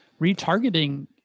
retargeting